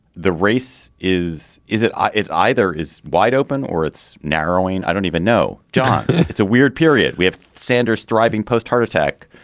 the race is. is it? it either is wide open or it's narrowing. i don't even know, john. it's a weird period. we have sanders thriving post heart attack.